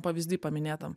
pavyzdį paminėtam